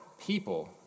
people